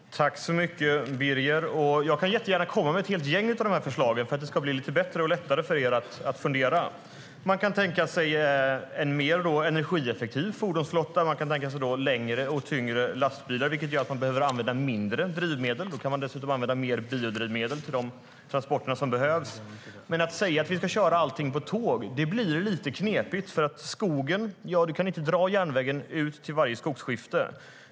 STYLEREF Kantrubrik \* MERGEFORMAT EnergipolitikDet blir dock lite knepigt att säga att vi ska köra allting på tåg. Man kan inte dra järnvägen ut till varje skogsskifte.